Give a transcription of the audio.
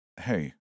Hey